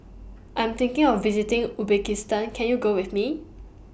I'm thinking of visiting Uzbekistan Can YOU Go with Me